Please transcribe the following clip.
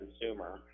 consumer